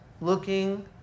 looking